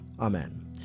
Amen